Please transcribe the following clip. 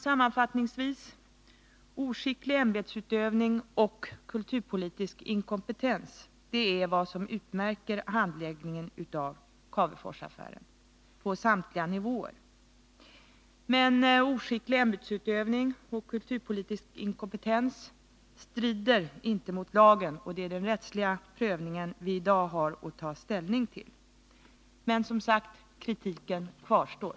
Sammanfattningsvis: Oskicklig ämbetsutövning och kulturpolitisk inkompetens är vad som utmärker handläggningen av Caveforsaffären. På samtliga nivåer. Men oskicklig ämbetsutövning och kulturpolitisk inkompetens strider inte mot lagen, och det är den rättsliga prövningen vi i dag har att ta ställning till. Men, som sagt, kritiken kvarstår.